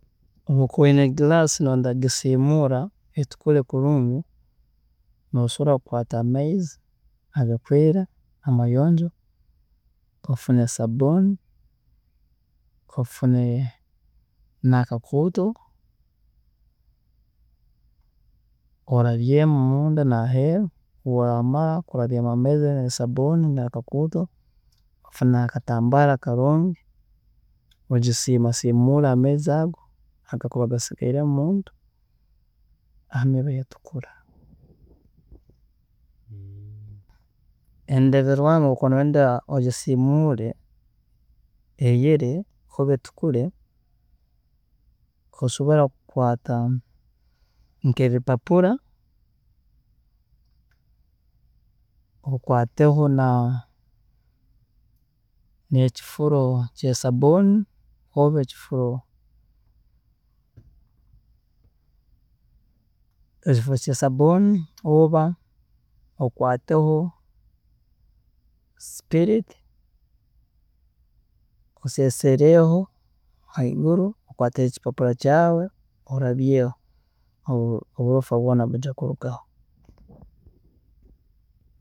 Obu okuba oyine egilasi noyenda kugisiimuura etukure kulungi, nosobola kukwaata amaizi agakweera amayonjo, ofune sabuuni, ofune n'akakuuto, orabyeemu munda naheeru, obu oramara kurabyaamu amaizi nesabuuni nakakuutu ofune akatambaara akarungi ogisiimasiimulemu amaizi ago agakuba gaisigairemu munda hanyuma netukura. Endebirwaamu obu okuba noyenda ogisiimuure eyere oba etukure, osobola kukwaata nk'ebipapura, okwaateho na nekifuro kyesabuuni oba ekifuro, ekifuro kyesabuuni oba okwateho spirit, oseesereho haiguru, okwaate ekipapuro kyaawe orabyeeho, oburofu bwoona nibwija kurugaho